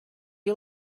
you